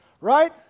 right